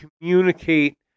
communicate